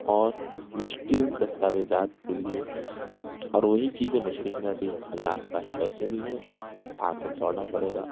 اور مشکل دستاویزات کے لیے اور وہی چیزیں مشکل ہو جاتی ہیں اگر آپ کے پاس پیسے نہیں ہیں تو آپ کو دوڑنا پڑے گا